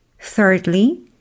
Thirdly